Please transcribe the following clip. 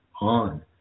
on